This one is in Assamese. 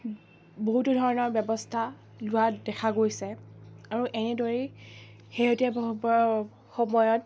বহুতো ধৰণবৰ ব্যৱস্থা লোৱা দেখা গৈছে আৰু এনেদৰেই শেহতীয়া সময়ত